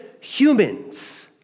humans